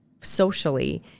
socially